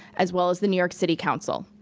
as well as the new york city council.